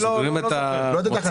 סוגרים את המוצר.